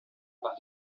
par